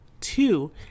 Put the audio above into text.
Two